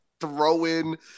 throw-in